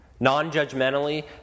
Non-judgmentally